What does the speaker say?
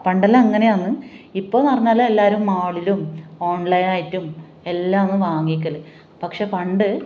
പണ്ടെല്ലാം അങ്ങനെയാണ് ഇപ്പോൾ എന്ന് പറഞ്ഞാൽ എല്ലാവരും മാളിലും ഓൺലൈൻ ആയിട്ടും എല്ലാമാണ് വാങ്ങിക്കൽ പക്ഷേ പണ്ട്